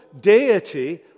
deity